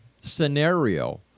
scenario